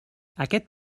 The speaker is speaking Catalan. aquest